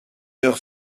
heure